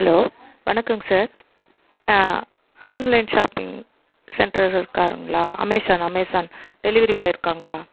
hello வணக்கங்க sir online shopping சென்டருகாரங்களா Amazon Amazon delivery boy இருக்காங்களா